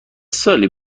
سالی